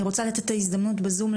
אני רוצה לתת את ההזדמנות בזום,